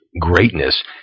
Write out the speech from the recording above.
greatness